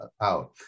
out